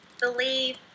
believe